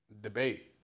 debate